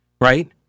right